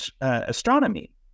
astronomy